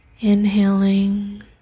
Inhaling